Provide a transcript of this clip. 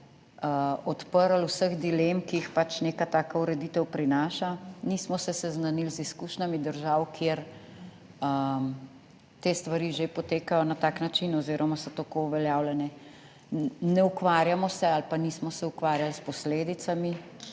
odprli vseh dilem, ki jih neka taka ureditev prinaša. Nismo se seznanili z izkušnjami držav, kjer te stvari že potekajo na tak način oziroma so tako uveljavljene, ne ukvarjamo se ali pa nismo se ukvarjali s posledicami